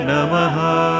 Namaha